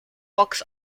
box